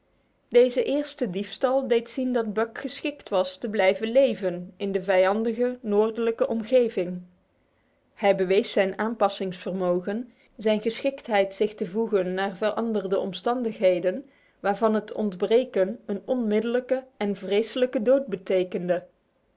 deze eerste diefstal deed zien dat buck geschikt was te blijven leven in de vijandige noordelijke omgeving hij bewees zijn anpsigvermo zjschikted vognar veranderde omstandigheden waarvan het ontbreken een onmiddellijke en vreselijke dood betekende